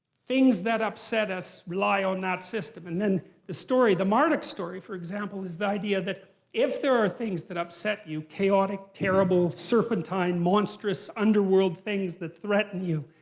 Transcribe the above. things that upset us lie on that system. and then the story, the marduk story, for example is the idea that if there are things that upset you, chaotic, terrible, serpentine monstrous underworld things that threaten you,